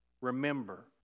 remember